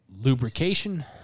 lubrication